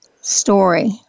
story